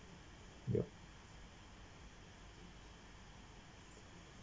ya